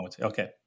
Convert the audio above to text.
Okay